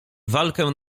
walkę